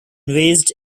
raised